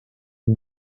des